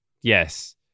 Yes